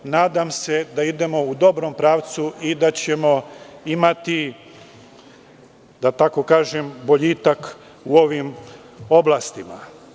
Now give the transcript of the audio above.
Nadam se da idemo u dobrom pravcu i da ćemo imati, da tako kažem, boljitak u ovim oblastima.